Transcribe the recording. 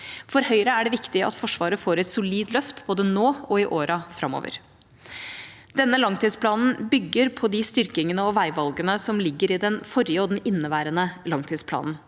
For Høyre er det viktig at Forsvaret får et solid løft både nå og i årene framover. Denne langtidsplanen bygger på de styrkingene og veivalgene som ligger i den forrige og den inneværende langtidsplanen.